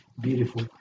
Beautiful